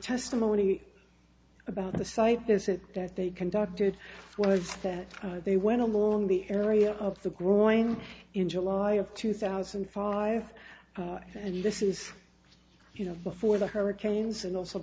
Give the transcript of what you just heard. testimony about the site this said that they conducted was that they went along the area of the growing in july of two thousand five and this is you know before the hurricanes and also